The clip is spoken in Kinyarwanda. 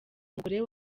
umugore